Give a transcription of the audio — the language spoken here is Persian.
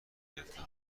گرفتم